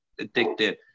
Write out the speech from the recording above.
addictive